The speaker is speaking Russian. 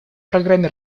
программе